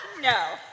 No